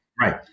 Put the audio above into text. Right